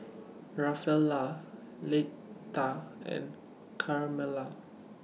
Rafaela Leitha and Carmella